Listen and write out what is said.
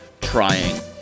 trying